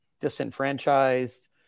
disenfranchised